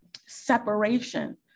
separation